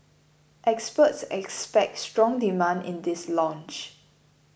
experts expect strong demand in this launch